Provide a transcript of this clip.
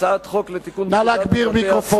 הצעת חוק לתיקון פקודת בתי-הסוהר